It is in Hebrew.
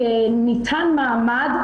ניתן מעמד,